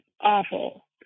awful